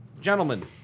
gentlemen